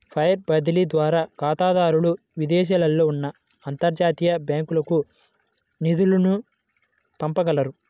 wire బదిలీ ద్వారా ఖాతాదారులు విదేశాలలో ఉన్న అంతర్జాతీయ బ్యాంకులకు నిధులను పంపగలరు